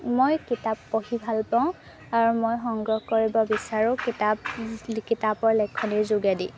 মই কিতাপ পঢ়ি ভাল পাওঁ আৰু মই সংগ্ৰহ কৰিব বিচাৰোঁ কিতাপ কিতাপৰ লিখনিৰ যোগেদি